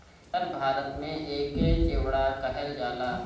उत्तर भारत में एके चिवड़ा कहल जाला